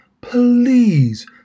please